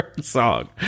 song